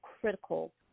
critical